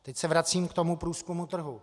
Teď se vracím k tomu průzkumu trhu.